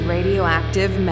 Radioactive